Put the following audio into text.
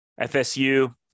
FSU